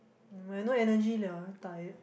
nevermind I no energy liao very tired